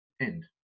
end